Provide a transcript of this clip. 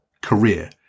career